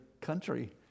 country